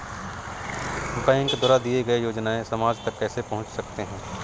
Bank द्वारा दिए गए योजनाएँ समाज तक कैसे पहुँच सकते हैं?